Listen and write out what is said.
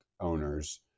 owners